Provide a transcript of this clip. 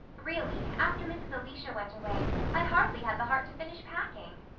really, after mrs. elisha went away i hardly had the heart to finish packing.